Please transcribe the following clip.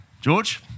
George